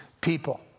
people